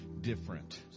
different